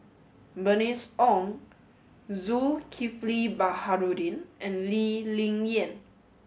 Bernice Ong Zulkifli Baharudin and Lee Ling Yen